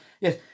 yes